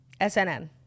SNN